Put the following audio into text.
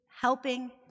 helping